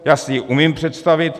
Já si ji umím představit.